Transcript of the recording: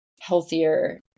healthier